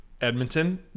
Edmonton